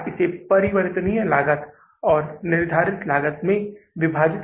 इसलिए वर्तमान परिचालन के लिए नकद 4000 डॉलर था